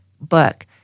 book